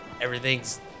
everything's